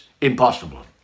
impossible